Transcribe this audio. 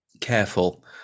careful